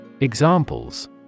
Examples